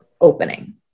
opening